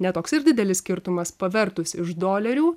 ne toks ir didelis skirtumas pavertus iš dolerių